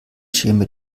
schäme